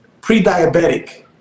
pre-diabetic